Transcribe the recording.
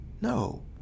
no